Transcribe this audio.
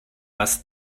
was